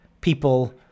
people